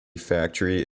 factory